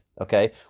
okay